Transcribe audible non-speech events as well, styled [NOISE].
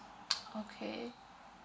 [NOISE] okay